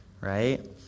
right